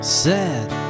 sad